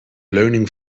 leuning